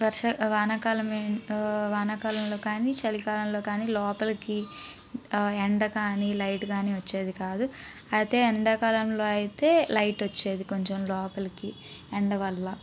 వర్ష వాన కాలం వాన కాలంలో కానీ చలికాలంలో కానీ లోపలికి ఎండ కానీ లైట్గానే వచ్చేది కాదు అయితే ఎండాకాలంలో అయితే లైట్ వచ్చేది కొంచెం లోపలికి ఎండ వల్ల